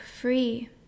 free